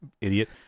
idiot